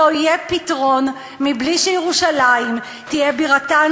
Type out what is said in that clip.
לא יהיה פתרון בלי שירושלים תהיה בירתן